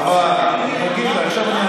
עכשיו אני עונה